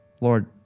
Lord